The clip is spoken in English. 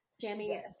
Sammy